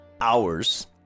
hours